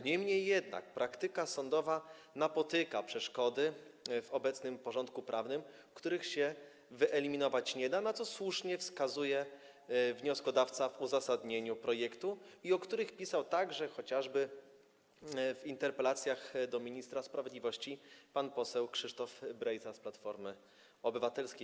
Niemniej praktyka sądowa napotyka przeszkody w obecnym porządku prawnym, których się wyeliminować nie da, na które słusznie wskazuje wnioskodawca w uzasadnieniu projektu i o których pisał także chociażby w interpelacjach do ministra sprawiedliwości pan poseł Krzysztof Brejza z Platformy Obywatelskiej.